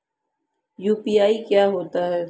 UPI क्या होता है?